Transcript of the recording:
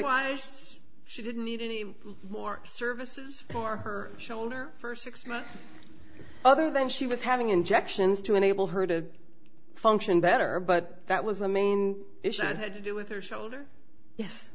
it's she didn't need any more services for her shoulder for six months other than she was having injections to enable her to function better but that was the main issue that had to do with her shoulder yes